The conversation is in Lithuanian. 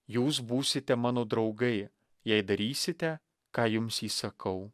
jūs būsite mano draugai jei darysite ką jums įsakau